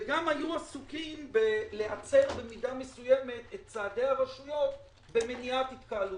וגם היו עסוקים בלהצר במידה מסוימת את צעדי הרשויות במניעת התקהלות-יתר.